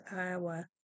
Iowa